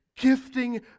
Gifting